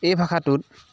এই ভাষাটোত